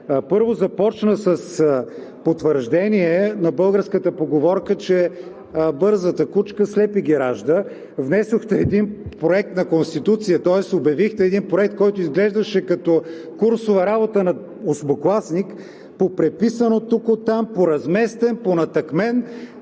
първо започна с потвърждение на българската поговорка, че „бързата кучка слепи ги ражда“. Внесохте един Проект на Конституция, тоест обявихте един проект, който изглеждаше като курсова работа на осмокласник –попреписан оттук-оттам, поразместен, понатъкмен,